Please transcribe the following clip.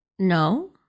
No